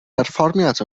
berfformiad